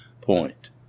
point